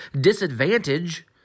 disadvantage